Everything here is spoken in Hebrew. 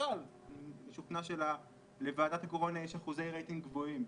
ואני בכלל משוכנע שלוועדת הקורונה יש אחוזי רייטינג גבוהים,